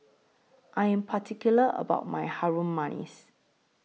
I Am particular about My Harum Manis